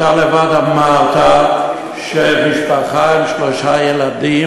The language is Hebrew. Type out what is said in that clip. אתה לבד אמרת שמשפחה עם שלושה ילדים,